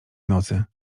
nocy